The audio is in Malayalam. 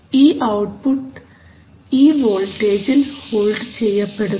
ഈ ഔട്ട്പുട്ട് ഈ വോൾട്ടേജിൽ ഹോൾഡ് ചെയ്യപ്പെടുന്നു